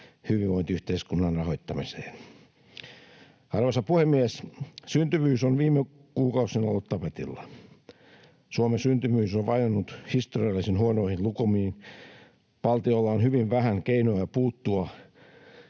hyvinvointiyhteiskunnan rahoittamiseen. Arvoisa puhemies! Syntyvyys on viime kuukausina ollut tapetilla. Suomen syntyvyys on vajonnut historiallisen huonoihin lukemiin. Valtiolla on hyvin vähän keinoja puuttua